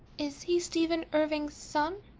is he stephen irving's son?